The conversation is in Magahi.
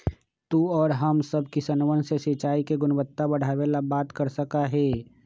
तू और हम सब किसनवन से सिंचाई के गुणवत्ता बढ़ावे ला बात कर सका ही